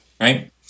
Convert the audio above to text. right